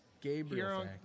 Gabriel